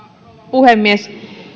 puhemies